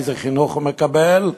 איזה חינוך הוא מקבל,